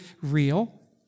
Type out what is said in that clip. real